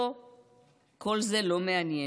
אותו כל זה לא מעניין.